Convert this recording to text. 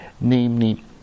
namely